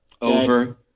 Over